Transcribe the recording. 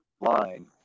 line